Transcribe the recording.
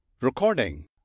Recording